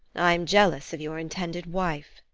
i am jealous of your intended wife!